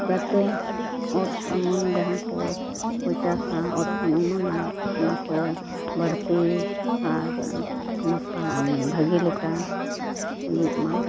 ᱡᱟᱛᱮ ᱚᱛ ᱚᱢᱚᱱ ᱡᱟᱦᱟᱸ ᱠᱚ ᱯᱚᱸᱪᱟ ᱥᱟᱶ ᱚᱛ ᱠᱷᱚᱱ ᱚᱢᱚᱱᱚᱜᱼᱟ ᱚᱱᱟ ᱠᱚ ᱵᱟᱹᱲᱛᱤ ᱟᱨ ᱱᱟᱯᱟᱭ ᱵᱷᱟᱹᱜᱤ ᱞᱮᱠᱟ ᱦᱩᱭᱩᱜᱢᱟ